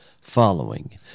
following